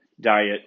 diet